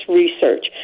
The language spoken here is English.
research